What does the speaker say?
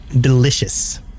delicious